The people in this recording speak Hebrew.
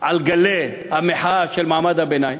על גלי המחאה של מעמד הביניים,